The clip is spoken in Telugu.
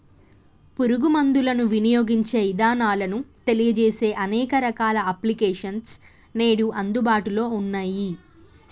పురుగు మందులను వినియోగించే ఇదానాలను తెలియజేసే అనేక రకాల అప్లికేషన్స్ నేడు అందుబాటులో ఉన్నయ్యి